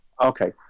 Okay